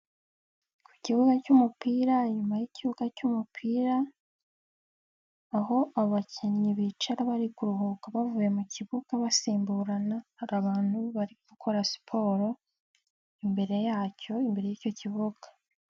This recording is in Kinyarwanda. Ku kibuga cy'umupira inyuma y'ikibuga cy'umupira. Aho abakinnyi bicara bari kuruhuka bavuye mu kibuga basimburana hari abantu bari gukora siporo, imbere yacyo imbere y'icyo kibuga.